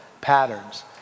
patterns